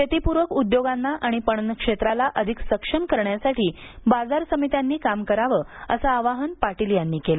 शेतीपूरक उद्योगांना आणि पणन क्षेत्राला अधिक सक्षम करण्यासाठी बाजार समित्यांनी काम करावं असं आवाहन पाटील यांनी केलं